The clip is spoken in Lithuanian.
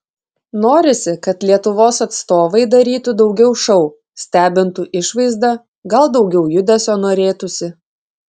norisi kad lietuvos atstovai darytų daugiau šou stebintų išvaizda gal daugiau judesio norėtųsi